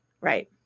right